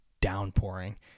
downpouring